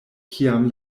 kiam